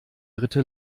dritte